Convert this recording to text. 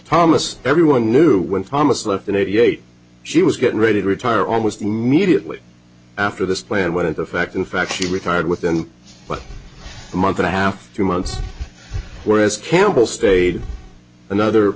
thomas everyone knew when thomas left in eighty eight she was getting ready to retire almost immediately after this plan went into effect in fact she retired with then but a month and a half two months whereas campbell stayed another